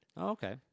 Okay